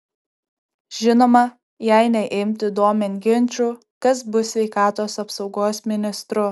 žinoma jei neimti domėn ginčų kas bus sveikatos apsaugos ministru